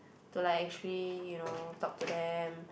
to like actually you know talk to them